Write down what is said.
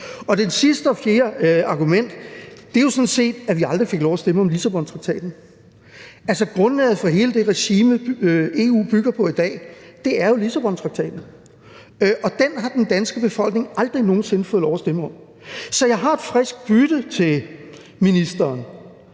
og sidste argument er sådan set, at vi aldrig fik lov at stemme om Lissabontraktaten. Altså, grundlaget for hele det regime, EU bygger på i dag, er jo Lissabontraktaten, og den har den danske befolkning aldrig nogen sinde fået lov at stemme om. Så jeg har et frisk bytte til ministeren: